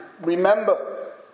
Remember